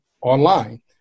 online